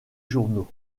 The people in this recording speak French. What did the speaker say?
journaux